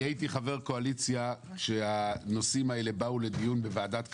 הייתי חבר בקואליציה כשהנושאים האלה באו לדיון בוועדת הכלכלה.